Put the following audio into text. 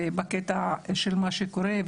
ובקטע של מה שקורה,